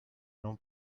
non